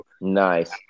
Nice